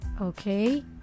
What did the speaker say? okay